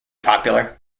popular